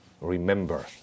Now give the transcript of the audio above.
Remember